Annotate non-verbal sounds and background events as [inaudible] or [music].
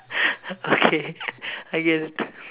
[laughs] okay I get it